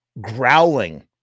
growling